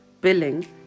billing